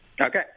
Okay